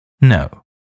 No